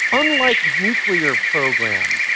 unlike nuclear programs,